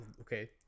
Okay